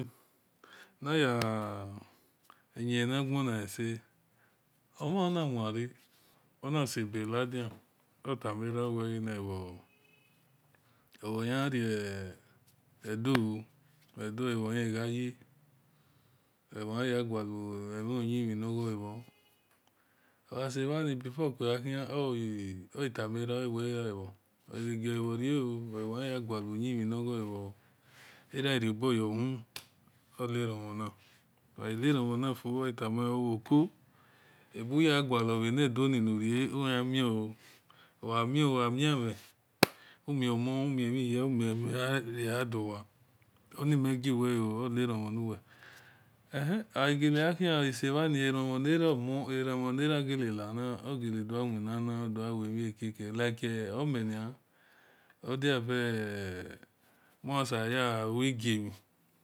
Naya ijie nu gbona ese omhan na wanre ona sebe na dian otume ra owe olebha yan gha re-edo oo edo ole bho yaghi gha ye olebhor yan ya gualiu yin mhin nor gho-le bho before okue gha-khian era ghi riobok yor-uhumu o̠ leromhon nui a ghaneromon ana fo o̠ etama wel oko ebuya-gualor bhe-nedoni uyari mion ooo ogha mia-mhen umio mon umi-ebho hia ugha dowa oni mel giu welo eh oghi gele gha khian ogha sebhani eromhon nera gele na-na oghi do wina na oghi bogha ive-mhie keke likele omen nia moyan sa-ya lui gie mhi